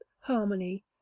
harmony